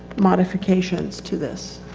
modifications to this.